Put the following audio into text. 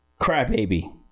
crybaby